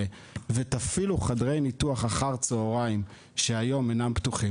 להפעיל אחר הצוהריים את חדרי הניתוח שאינם פתוחים,